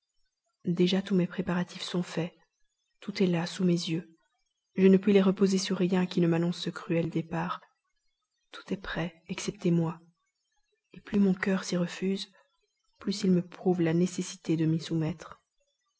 déjà tous mes préparatifs sont faits tout est là sous mes yeux je ne puis les reposer sur rien qui ne m'annonce ce cruel départ tout est prêt excepté moi et plus mon cœur s'y refuse plus il me prouve la nécessité de m'y